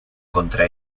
contra